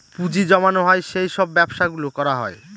পুঁজি জমানো হয় সেই সব ব্যবসা গুলো করা হয়